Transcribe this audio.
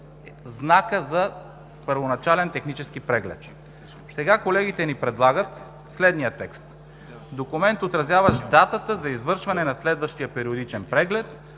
знакът за първоначален технически преглед. Колегите ни предлагат следния текст: „документ, отразяващ датата за извършване на следващия периодичен преглед